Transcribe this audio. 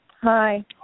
Hi